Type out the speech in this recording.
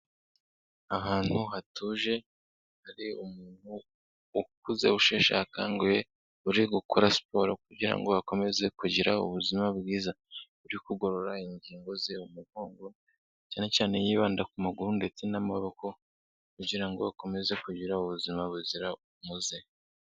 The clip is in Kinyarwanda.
Ahantu hatuje hari umuntu ukuze usheshe akanguhe uri gukora siporo kugira ngo akomeze kugira ubuzima bwiza, uri kugorora ingingo ze umugongo cyane cyane yibanda ku maguru ndetse n'amaboko kugira ngo akomeze kugira ubuzima buzira umuze.